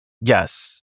Yes